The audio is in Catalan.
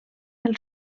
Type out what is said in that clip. pel